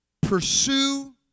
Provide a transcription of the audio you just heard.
Pursue